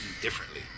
differently